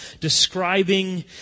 describing